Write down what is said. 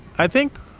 i think